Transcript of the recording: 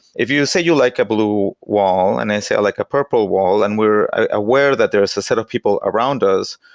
if you say you like a blue wall and i say i like a purple wall and we're aware that there's a set of people around us,